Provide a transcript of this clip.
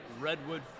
redwood